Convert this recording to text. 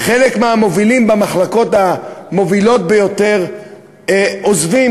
חלק מהמובילים במחלקות המובילות ביותר עוזבים,